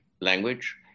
language